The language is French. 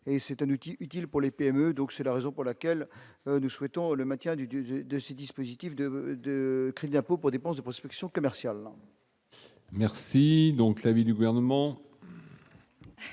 c'est un outil utile pour les PME, donc c'est la raison pour laquelle nous souhaitons le maintien du 2 de ces dispositifs de de crédit impôt pour dépenses de prospection commerciale. Merci donc l'avis du gouvernement.